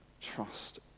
Trust